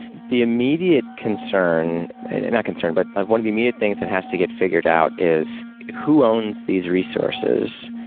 the immediate concern not concern, but one of the immediate things that has to get figured out is who owns these resources,